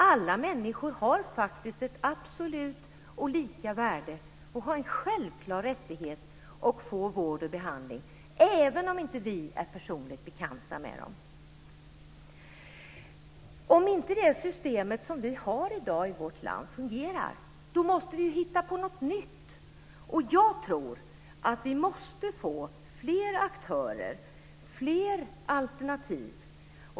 Alla människor har faktiskt ett absolut och lika värde, och de har en självklar rätt att få vård och behandling även om vi inte är personligen bekanta med dem. Om inte det system vi har i dag i vårt land fungerar måste vi hitta på något nytt. Jag tror att vi måste få fler aktörer, fler alternativ.